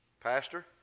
Pastor